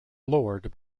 lord